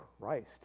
Christ